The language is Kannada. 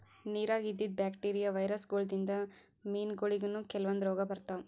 ನಿರಾಗ್ ಇದ್ದಿದ್ ಬ್ಯಾಕ್ಟೀರಿಯಾ, ವೈರಸ್ ಗೋಳಿನ್ದ್ ಮೀನಾಗೋಳಿಗನೂ ಕೆಲವಂದ್ ರೋಗ್ ಬರ್ತಾವ್